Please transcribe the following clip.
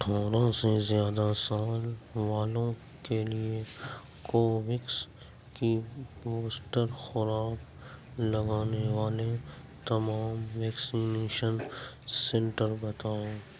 اٹھارہ سے زیادہ سال والوں کے لیے کوو ویکس کی بوسٹر خوراک لگانے والے تمام ویکسینیشن سینٹر بتاؤ